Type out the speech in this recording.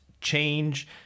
change